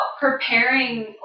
preparing